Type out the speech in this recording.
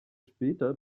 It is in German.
später